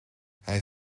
hij